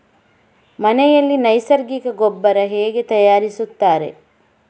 ಮನೆಯಲ್ಲಿ ನೈಸರ್ಗಿಕ ಗೊಬ್ಬರ ಹೇಗೆ ತಯಾರಿಸುತ್ತಾರೆ?